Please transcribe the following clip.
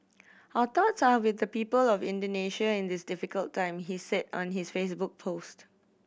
our thoughts are with the people of Indonesia in this difficult time he said on his Facebook post